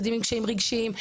ילדים עם קשיים רגשיים.